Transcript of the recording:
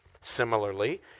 Similarly